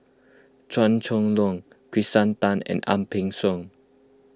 Chua Chong Long Kirsten Tan and Ang Peng Siong